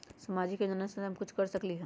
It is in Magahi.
सामाजिक योजनानुसार हम कुछ कर सकील?